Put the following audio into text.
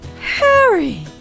Harry